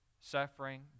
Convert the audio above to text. suffering